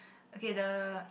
okay the